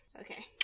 Okay